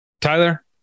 Tyler